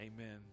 amen